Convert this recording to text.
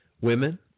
Women